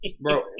Bro